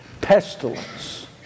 Pestilence